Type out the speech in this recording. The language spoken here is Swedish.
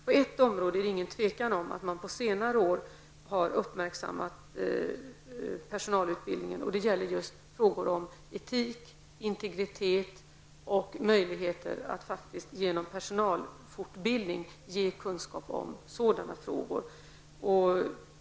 På ett område råder det inget tvivel om att man på senare år har uppmärksammat behovet av personalutbildning, nämligen för frågor om etik och integritet. Det handlar om att med hjälp av sådan förutbildning av personal få kunskap i sådana frågor.